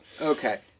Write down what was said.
Okay